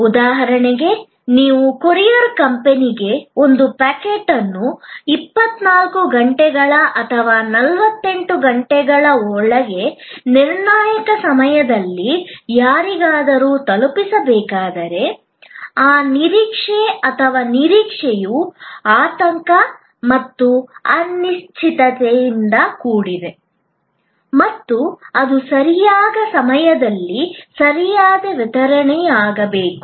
ಉದಾಹರಣೆಗೆ ನೀವು ಕೊರಿಯರ್ ಕಂಪನಿಗೆ ಒಂದು ಪ್ಯಾಕೆಟ್ ಅನ್ನು 24 ಗಂಟೆಗಳ ಅಥವಾ 48 ಗಂಟೆಗಳ ಒಳಗೆ ನಿರ್ಣಾಯಕ ಸಮಯದಲ್ಲಿ ಯಾರಿಗಾದರೂ ತಲುಪಿಸಬೇಕಾದರೆ ಆ ನಿರೀಕ್ಷೆ ಅಥವಾ ನಿರೀಕ್ಷೆಯು ಆತಂಕ ಮತ್ತು ಅನಿಶ್ಚಿತತೆಯಿಂದ ಕೂಡಿದೆ ಮತ್ತು ಅದು ಸರಿಯಾದ ಸಮಯದಲ್ಲಿ ಸರಿಯಾದ ವಿತರಣೆಯಾಗಿರಬೇಕು